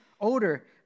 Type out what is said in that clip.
odor